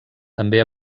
també